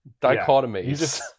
dichotomies